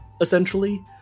essentially